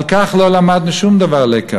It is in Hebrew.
באלה לא למדנו שום לקח.